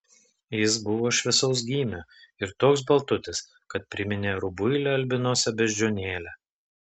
jis buvo šviesaus gymio ir toks baltutis kad priminė rubuilę albinosę beždžionėlę